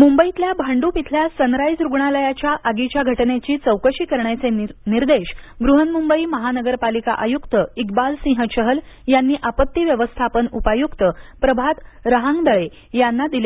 मुंबईतल्या भाडूप इथल्या सनराइझ रूग्णालयाच्या आगीच्या घटनेची चौकशी करण्याचे निर्देश बृहन्मुंबई महानगरपालिका आयुक्त इक्बालसिंग चहल यांनी आपत्ती व्यवस्थापन उपायुक्त प्रभात रहांगदळे यांना आहेत